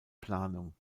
planung